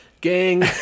Gang